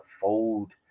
fold